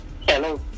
Hello